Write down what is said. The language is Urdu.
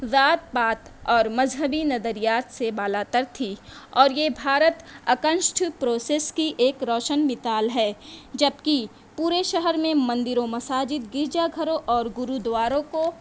ذات پات اور مذہبی نظریات سے بالا تر تھی اور یہ بھارت اکنشٹھ پروسیس کی ایک روشن مثال ہے جب کہ پورے شہر میں مندر و مساجد گرجا گھرو اور گرودوارو کو